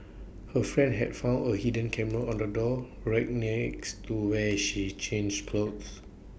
her friend had found A hidden camera on the door rack next to where she changed clothes